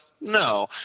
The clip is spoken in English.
No